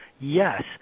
Yes